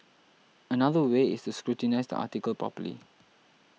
another way is scrutinise the article properly